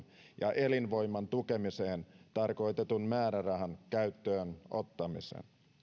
ja elinvoiman tukemiseen tarkoitetun määrärahan käyttöön ottamisen